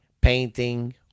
painting